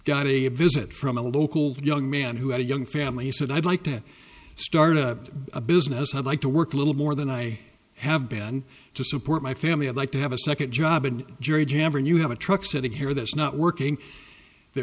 a visit from a local young man who had a young family said i'd like to start a business i'd like to work a little more than i have been to support my family i'd like to have a second job and jury tampering you have a truck sitting here that's not working the